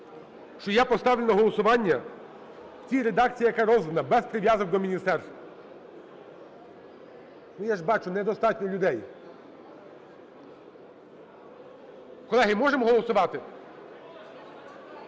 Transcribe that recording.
що я поставлю на голосування в тій редакції, яка роздана, без прив'язок до міністерств. Ну, я ж бачу, недостатньо людей! Колеги, можемо голосувати?